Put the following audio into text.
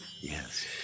Yes